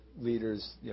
leaders